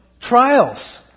trials